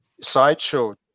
sideshow